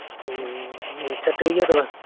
ᱟᱪᱪᱷᱟ ᱴᱷᱤᱠᱜᱮᱭᱟ ᱛᱚᱵᱮ